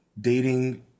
dating